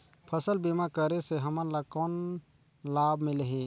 फसल बीमा करे से हमन ला कौन लाभ मिलही?